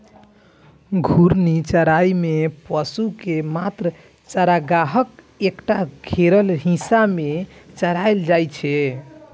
घूर्णी चराइ मे पशु कें मात्र चारागाहक एकटा घेरल हिस्सा मे चराएल जाइ छै